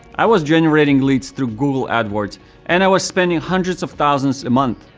i was generating leads through google adwords and i was spending hundreds of thousands a month.